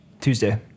Tuesday